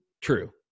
true